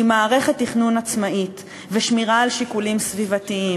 כי מערכת תכנון עצמאית ושמירה על שיקולים סביבתיים